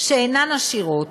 שאינן עשירות